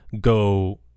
go